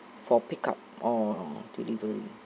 for pick up or delivery